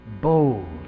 bold